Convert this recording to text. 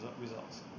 results